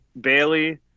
bailey